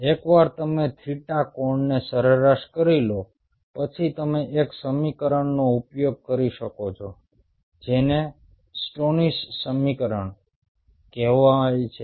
એકવાર તમે થીટા કોણને સરેરાશ કરી લો પછી તમે એક સમીકરણનો ઉપયોગ કરી શકો છો જેને સ્ટોનીસ સમીકરણ કહેવાય છે